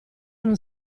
non